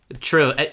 True